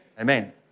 Amen